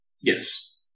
Yes